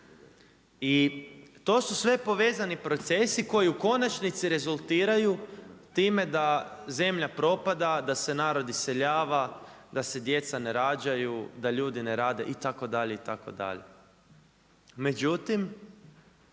I to su sve povezani procesi koji u konačnici rezultiraju time da zemlja propada, da se narod iseljava, da se djeca ne rađaju, da ljudi ne rade, itd., itd. Međutim,